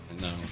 No